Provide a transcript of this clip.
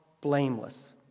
blameless